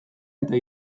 eta